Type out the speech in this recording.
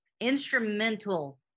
instrumental